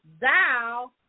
thou